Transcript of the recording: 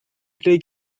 take